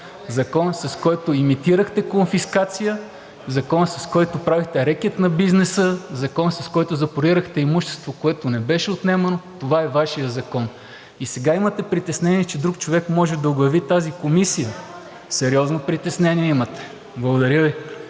закон, с който имитирахте конфискация; закон, с който правехте рекет на бизнеса; закон, с който запорирахте имущество, което не беше отнемано – това е Вашият закон. И сега имате притеснение, че друг човек може да оглави тази комисия, сериозно притеснение имате. Благодаря Ви.